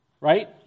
right